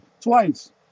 twice